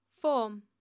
Form